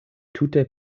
tute